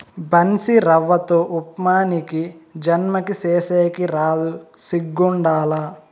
బన్సీరవ్వతో ఉప్మా నీకీ జన్మకి సేసేకి రాదు సిగ్గుండాల